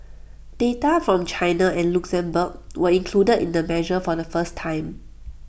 data from China and Luxembourg were included in the measure from the first time